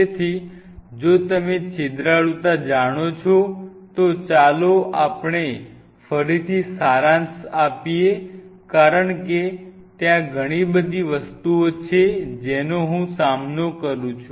તેથી જો તમે છિદ્રાળુતા જાણો છો તો ચાલો આપણે ફરીથી સારાંશ આપીએ કારણ કે ત્યાં ઘણી બધી વસ્તુઓ છે જેનો હું સામનો કરું છું